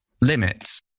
limits